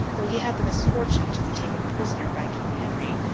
though he had the misfortune to be taken prisoner by king henry,